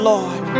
Lord